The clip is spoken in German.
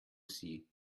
sie